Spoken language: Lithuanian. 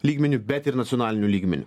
lygmeniu bet ir nacionaliniu lygmeniu